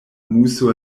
muso